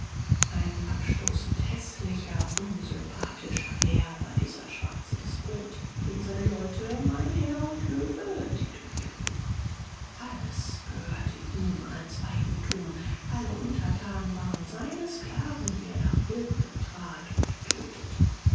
ein abstoßend häßlicher unsympathischer herr war dieser schwarze despot den seine leute mein herr und löwe titulierten alles gehörte ihm als eigentum alle untertanen waren seine sklaven die er nach willkür trat und tötete